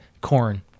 Corn